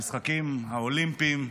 המשחקים האולימפיים,